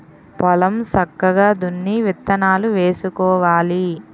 పొలం సక్కగా దున్ని విత్తనాలు వేసుకోవాలి